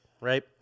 right